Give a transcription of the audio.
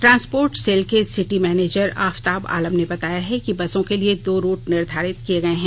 transport cell के city manager Aftab Alam ने बताया है कि बसों के लिए दो रूट निर्धारित किए गए हैं